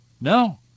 No